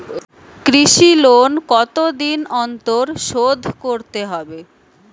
কৃষি লোন কতদিন অন্তর শোধ করতে হবে?